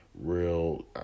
Real